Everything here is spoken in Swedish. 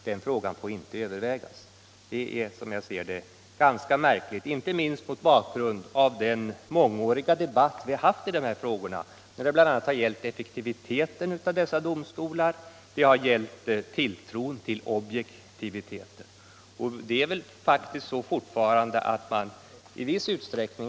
Den frågan får inte övervägas, och det tycker jag är mindre tillfredsställande, inte minst mot bakgrund av den mångåriga debatt vi har haft om bl.a. effektiviteten hos dessa domstolar och tilltron till objektiviteten.